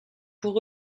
pour